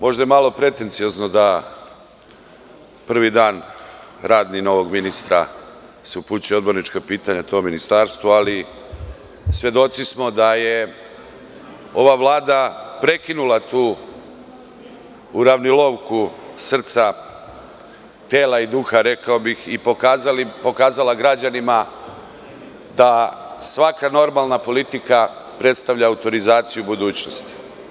Možda je malo pretenciozno da se prvog radnog dana novog ministra upućuje odborničko pitanje, ali svedoci smo da je ova Vlada prekinula tu uravnilovku srca, tela i duha, rekao bih, i pokazala građanima da svaka normalna politika predstavlja autorizaciju budućnosti.